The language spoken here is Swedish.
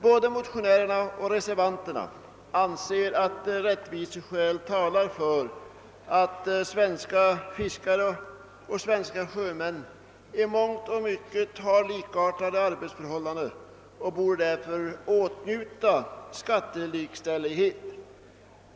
Både motionärerna och reservanterna anser att rättviseskäl talar för att svenska fiskare och svenska sjömän, som i mångt och mycket har likartade arbetsförhållanden, borde åtnjuta skattelikställighet.